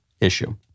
issue